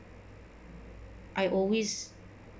I always